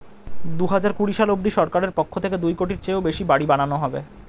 দুহাজার কুড়ি সাল অবধি সরকারের পক্ষ থেকে দুই কোটির চেয়েও বেশি বাড়ি বানানো হবে